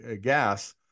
gas